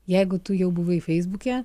jeigu tu jau buvai feisbuke